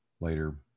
Later